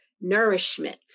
nourishment